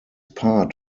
part